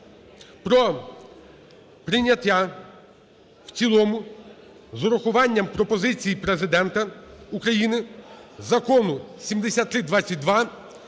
про прийняття в цілому з урахуванням пропозицій Президента України Закону 7322